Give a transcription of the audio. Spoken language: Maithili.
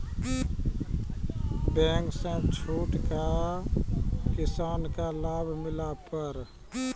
बैंक से छूट का किसान का लाभ मिला पर?